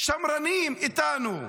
שמרנים איתנו,